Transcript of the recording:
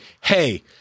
hey